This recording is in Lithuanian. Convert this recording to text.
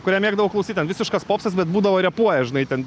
kurią mėgdavau klausyt ten visiškas popsas bet būdavo repuoja žinai ten